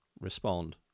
respond